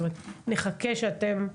זאת אומרת, נחכה שאתם תשבו.